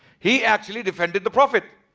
he actually defended the prophet.